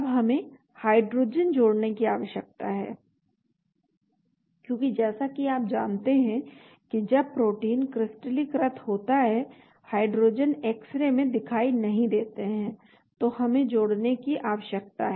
अब हमें हाइड्रोजन जोड़ने की आवश्यकता है क्योंकि जैसा कि आप जानते हैं कि जब प्रोटीन क्रिस्टलीकृत होता है हाइड्रोजन एक्स रे में दिखाई नहीं देते हैं तो हमें जोड़ने की आवश्यकता है